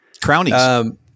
Crownies